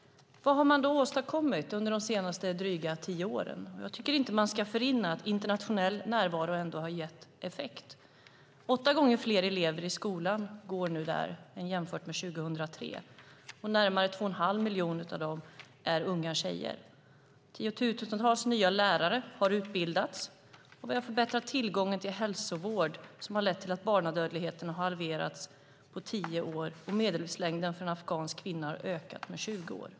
Vad har man då åstadkommit under de senaste dryga tio åren? Jag tycker inte att man ska förringa att internationell närvaro ändå har gett effekt. Exempelvis går åtta gånger fler elever i skolan nu jämfört med 2003, och närmare två och en halv miljoner av dem är unga tjejer. Tiotusentals nya lärare har utbildats. Vi har också förbättrat tillgången till hälsovård som har lett till att barnadödligheten har halverats på tio år och att medellivslängden för en afghansk kvinna har ökat med 20 år.